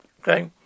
Okay